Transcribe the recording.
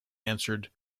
answered